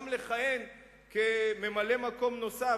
גם לכהן כממלא-מקום נוסף,